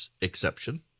exception